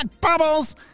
bubbles